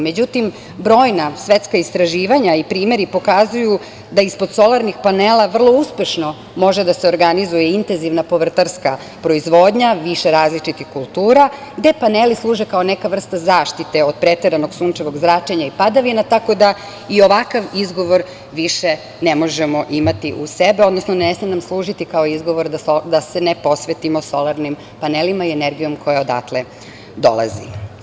Međutim, brojna svetska istraživanja i primeri pokazuju da ispod solarnih panela vrlo uspešno može da se organizuje intenzivna povrtarska proizvodnja više različitih kultura, gde paneli služe kao neka vrsta zaštite od preteranog sunčevog zračenja i padavina, tako da i ovakav izgovor više ne možemo imati uz sebe, odnosno ne sme nam služiti kao izgovor da se ne posvetimo solarnim panelima i energijom koja odatle dolazi.